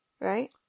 right